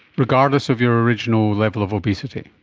regardless of your original level of obesity?